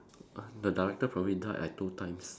the director probably died like two times